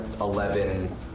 eleven